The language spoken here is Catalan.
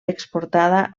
exportada